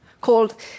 called